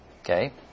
Okay